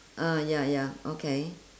ah ya ya okay